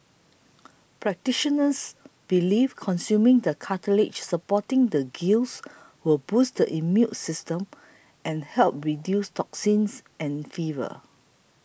practitioners believe consuming the cartilage supporting the gills will boost the immune system and help reduce toxins and fever